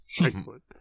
Excellent